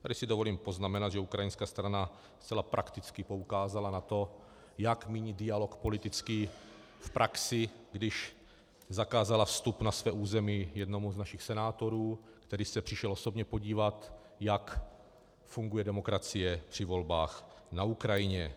Tady si dovolím poznamenat, že ukrajinská strana zcela prakticky poukázala na to, jak míní politický dialog v praxi, když zakázala vstup na své území jednomu z našich senátorů, který se přišel osobně podívat, jak funguje demokracie při volbách na Ukrajině.